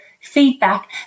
feedback